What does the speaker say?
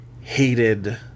hated